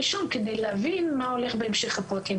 הראשון כדי להבין מה הולך בהמשך הפרקים.